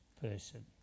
person